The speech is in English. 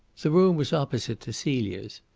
the room was opposite to celia's.